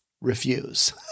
refuse